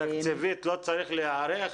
תקציבית לא צריך להיערך?